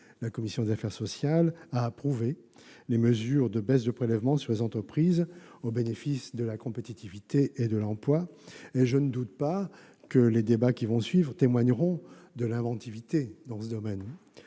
La commission des affaires sociales a approuvé les mesures de baisse des prélèvements sur les entreprises au bénéfice de la compétitivité et de l'emploi. Je ne doute pas que les débats qui vont suivre témoigneront de l'inventivité dont on